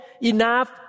enough